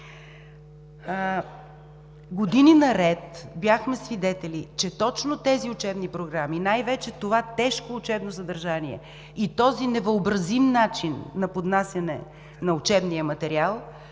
Години наред бяхме свидетели, че точно тези учебни програми, най-вече това тежко учебно съдържание и този невъобразим начин на поднасяне на учебния материал,